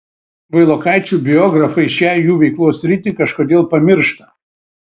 vailokaičių biografai šią jų veiklos sritį kažkodėl pamiršta